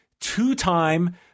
two-time